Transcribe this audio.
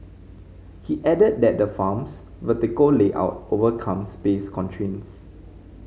he added that the farm's vertical layout overcomes space constraints